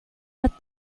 but